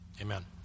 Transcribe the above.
Amen